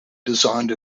designed